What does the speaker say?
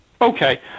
Okay